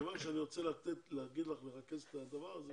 מכיוון שאני רוצה להגיד לך לרכז את הדבר הזה